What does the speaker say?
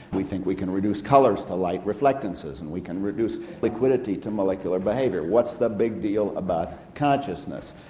we think we can reduce colours to light reflectances, and we can reduce liquidity to molecular behaviour. what's the big deal about consciousness?